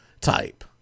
type